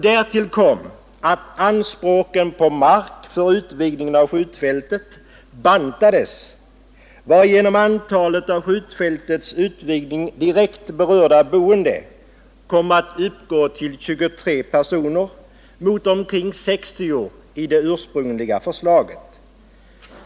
Därtill kom att anspråken på mark för utvidgningen av skjutfältet bantades, varigenom antalet av skjutfältets utvidgning direkt berörda boende kom att uppgå till 23 mot omkring 60 enligt det ursprungliga förslaget.